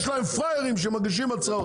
יש להן פראיירים שמגישים הצעות,